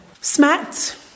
Smacked